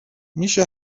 میشه